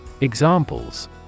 Examples